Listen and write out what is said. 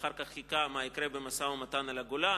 אחר כך הוא חיכה מה יקרה במשא-ומתן על הגולן,